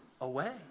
away